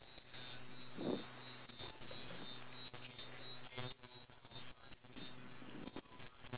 a thing so in the future if I were to give them a gift then it will probably be like a trip